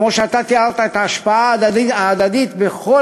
כמו שאתה תיארת את ההשפעה ההדדית בכל